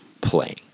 playing